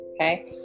okay